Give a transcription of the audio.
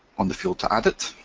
on the field to add it.